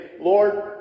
Lord